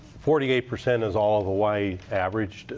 forty eight percent is all of hawai'i average.